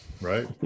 right